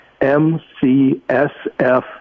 MCSF